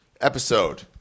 Episode